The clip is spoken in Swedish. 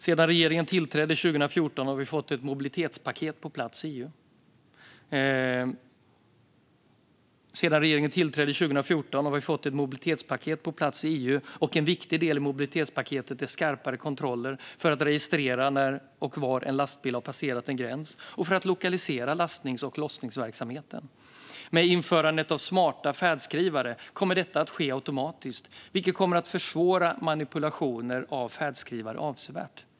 Sedan regeringen tillträdde 2014 har vi fått ett mobilitetspaket på plats i EU. En viktig del av mobilitetspaketet är skarpare kontroller för att registrera när och var en lastbil har passerat en gräns och för att lokalisera lastnings och lossningsverksamheten. Med införandet av smarta färdskrivare kommer detta att ske automatiskt, vilket kommer att försvåra manipulationer av färdskrivare avsevärt.